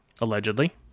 allegedly